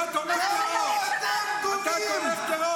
למה אתם שותקים?